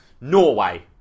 norway